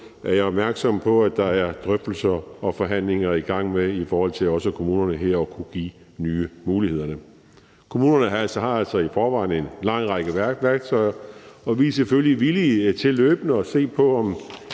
er jeg opmærksom på at der er drøftelser og forhandlinger i gang om, også i forhold til at kunne give kommunerne nye muligheder. Kommunerne har altså i forvejen en lang række værktøjer, og vi er selvfølgelig villige til løbende at se på,